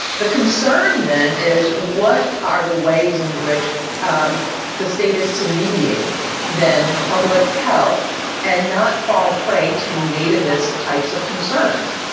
the concern then is what are the ways in which um the status to mediate then public health and not fall prey to nativist types of concerns.